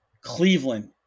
Cleveland